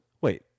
Wait